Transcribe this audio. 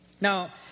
Now